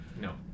No